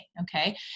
okay